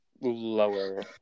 lower